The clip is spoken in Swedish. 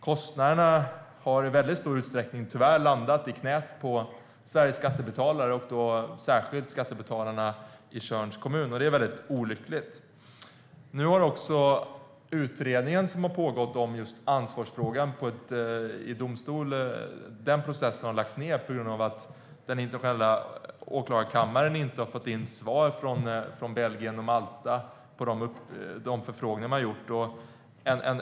Kostnaderna har tyvärr i väldigt stor utsträckning landat i knät på Sveriges skattebetalare, särskilt skattebetalarna i Tjörns kommun, och det är väldigt olyckligt. Det har pågått en utredning i domstol om ansvarsfrågan. Nu har den processen lagts ned på grund av att den internationella åklagarkammaren inte har fått in svar från Belgien och Malta på de förfrågningar man gjort.